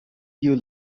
you